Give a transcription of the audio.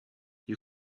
you